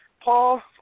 Paul